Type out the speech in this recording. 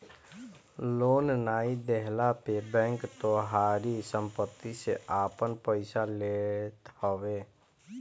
loan नाइ देहला पे बैंक तोहारी सम्पत्ति से आपन पईसा लेत हवे